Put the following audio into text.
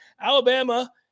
Alabama